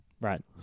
Right